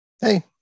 Hey